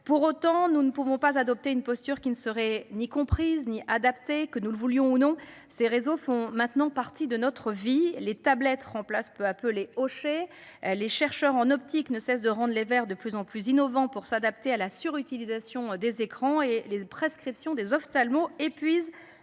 Pour autant, nous ne pouvons pas adopté une posture qui ne serait ni comprise ni adapté que nous le voulions ou non ces réseaux font maintenant partie de notre vie. Les tablettes remplacent peu appeler chez les chercheurs en optique ne cesse de rendent les vers de plus en plus innovants pour s'adapter à la sur-, utilisation des écrans et les prescriptions des ophtalmo épuise